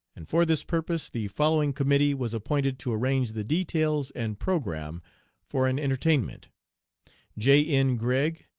and for this purpose the following committee was appointed to arrange the details and programme for an entertainment j. n. gregg,